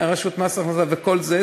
מס הכנסה וכל זה,